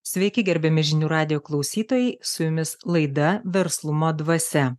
sveiki gerbiami žinių radijo klausytojai su jumis laida verslumo dvasia